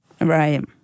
Right